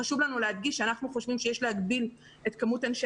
חשוב לנו להדגיש שאנחנו חושבים שיש להגביל את כמות אנשי